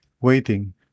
waiting